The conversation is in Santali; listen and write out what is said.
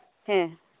ᱦᱮᱸ